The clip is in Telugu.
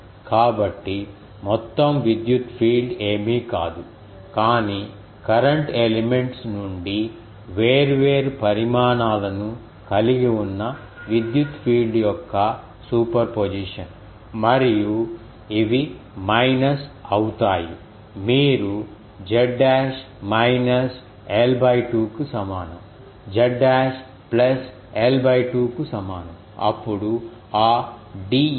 కాబట్టి మొత్తం విద్యుత్ఫీల్డ్ ఏమీ కాదు కానీ కరెంట్ ఎలిమెంట్స్ నుండి వేర్వేరు పరిమాణాలను కలిగి ఉన్న విద్యుత్ఫీల్డ్ యొక్క సూపర్ పొజిషన్ మరియు ఇవి మైనస్ అవుతాయి మీరు z dash minus l by 2 కు సమానం z dash plus l by 2 కు సమానం అప్పుడు ఆ dEθ